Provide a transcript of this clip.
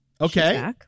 Okay